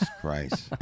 Christ